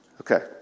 Okay